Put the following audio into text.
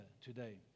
today